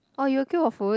oh you queue for food